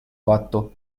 fatto